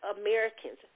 Americans